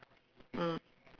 mm